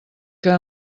que